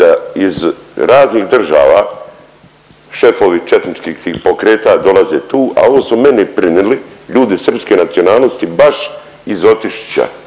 da iz raznih država šefovi četničkih tih pokreta dolaze tu? A ovo su meni prinili ljudi srpske nacionalnosti baš iz Otišića,